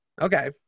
okay